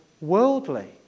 worldly